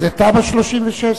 זה תמ"א 36,